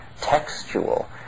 textual